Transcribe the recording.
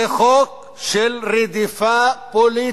זה חוק של רדיפה פוליטית,